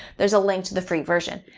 there's a link to the free version.